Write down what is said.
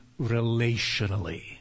relationally